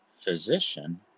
physician